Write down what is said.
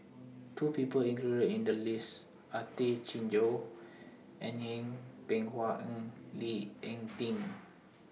The People included in The list Are Tay Chin Joo Yeng Pway Ngon and Lee Ek Tieng